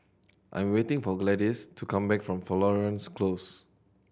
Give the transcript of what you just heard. I am waiting for Gladys to come back from Florence Close